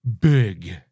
big